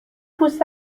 پوست